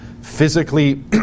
physically